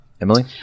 Emily